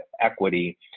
equity